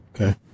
Okay